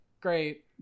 great